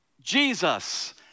Jesus